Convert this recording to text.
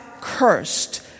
cursed